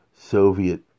Soviet